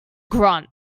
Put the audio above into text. grunt